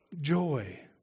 Joy